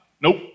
Nope